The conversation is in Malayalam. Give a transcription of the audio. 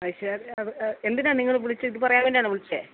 അത് ശരി അത് എന്തിനാണ് നിങ്ങൾ വിളിച്ചത് ഇത് പറയാൻ വേണ്ടിയാണോ വിളിച്ചത്